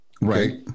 Right